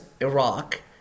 Iraq